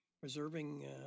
preserving